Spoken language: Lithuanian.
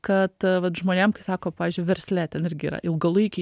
kad vat žmonėm kaip sako pavyzdžiui versle ten irgi yra ilgalaikiai